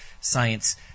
science